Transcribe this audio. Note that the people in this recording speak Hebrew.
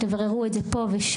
תבררו את זה פה ושם.